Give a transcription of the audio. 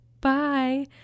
bye